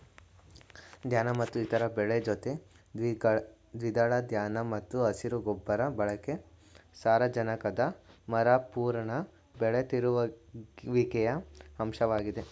ಧಾನ್ಯ ಮತ್ತು ಇತರ ಬೆಳೆ ಜೊತೆ ದ್ವಿದಳ ಧಾನ್ಯ ಮತ್ತು ಹಸಿರು ಗೊಬ್ಬರ ಬಳಕೆ ಸಾರಜನಕದ ಮರುಪೂರಣ ಬೆಳೆ ತಿರುಗುವಿಕೆಯ ಅಂಶವಾಗಿದೆ